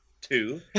Two